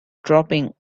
dropping